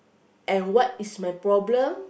and what is my problem